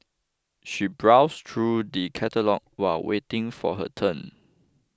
she browsed through the catalogues while waiting for her turn